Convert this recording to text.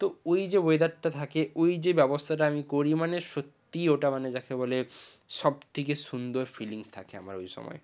তো ওই যে ওয়েদারটা থাকে ওই যে ব্যবস্তাটা আমি করি মানে সত্যিই ওটা মানে যাকে বলে সব থেকে সুন্দর ফিলিংস থাকে আমার ওই সময়